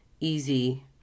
easy